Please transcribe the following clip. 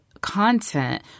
content